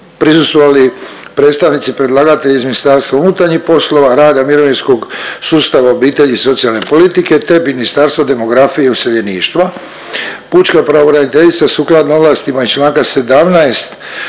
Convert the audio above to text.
prisustvovali predstavnici predlagatelja iz MUP-a, rada, mirovinskog sustava, obitelji i socijalne politike te Ministarstva demografije i useljeništva. Pučka pravobraniteljica sukladno ovlastima iz Članka 17.